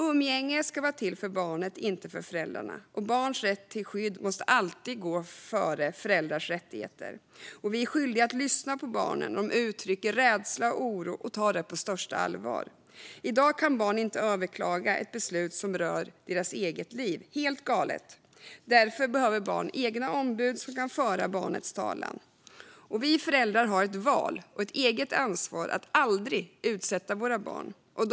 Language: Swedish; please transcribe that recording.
Umgänge ska vara till för barnet, inte för föräldrarna. Och barns rätt till skydd måste alltid gå före föräldrars rättigheter. Vi är skyldiga att lyssna på barnen när de uttrycker rädsla och oro och ta det på största allvar. I dag kan barn inte överklaga ett beslut som rör deras eget liv. Det är helt galet. Därför behöver barn egna ombud som kan föra barnets talan. Vi föräldrar har ett val och ett eget ansvar att aldrig utsätta våra barn för övergrepp.